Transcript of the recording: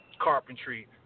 carpentry